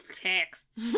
Texts